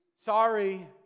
Sorry